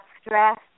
stress